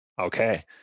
Okay